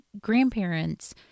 grandparents